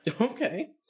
Okay